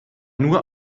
nur